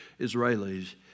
Israelis